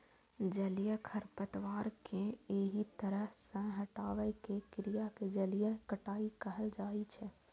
जलीय खरपतवार कें एहि तरह सं हटाबै के क्रिया कें जलीय कटाइ कहल जाइ छै